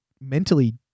mentally